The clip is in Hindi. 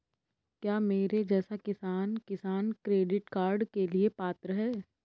क्या मेरे जैसा किसान किसान क्रेडिट कार्ड के लिए पात्र है?